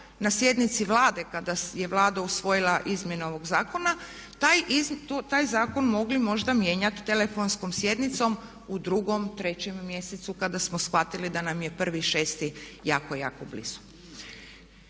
na sjednici Vlade kada je Vlada usvojila izmjene ovog zakona taj zakon mogli možda mijenjat telefonskom sjednicom u 2., 3. mjesecu kada smo shvatili da nam je 1.6.jako, jako blizu.